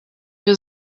wir